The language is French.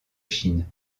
chine